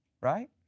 right